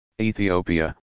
Ethiopia